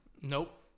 nope